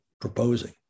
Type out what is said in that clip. proposing